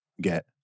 get